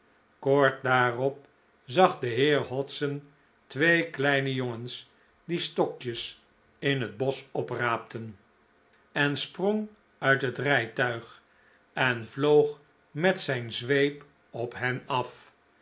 kort daarop zag de heer hodson twee kleine jongens die stokjes in het bosch opraapten en sprong uit het rijtuig en vloog met zijn zweep op hen af